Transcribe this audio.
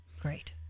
Great